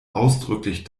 ausdrücklich